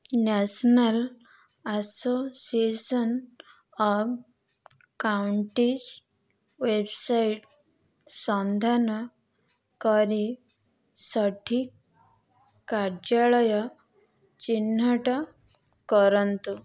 national association of counties website ସନ୍ଧାନ କରି ସଠିକ୍ କାର୍ଯ୍ୟାଳୟ ଚିହ୍ନଟ କରନ୍ତୁ